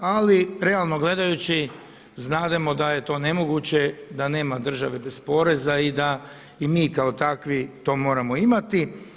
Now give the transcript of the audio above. Ali realno gledajući znademo da je to nemoguće, da nema države bez poreza i da mi kao takvi to moramo imati.